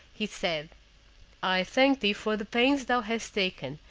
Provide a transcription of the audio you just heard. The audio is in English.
he said i thank thee for the pains thou hast taken,